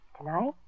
Tonight